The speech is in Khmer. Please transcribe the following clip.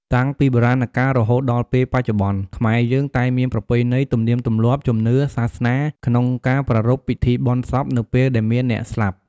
តាំងពីបុរាណកាលរហូតដល់ពេលចុប្បន្ន ខ្មែរយើងតែងមានប្រពៃណីទំនៀមទំលាប់ ជំនឿ សាសនា ក្នុងការប្រារព្ធពិធីបុណ្យសពនៅពេលដែលមានអ្នកស្លាប់។